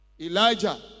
Elijah